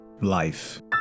Life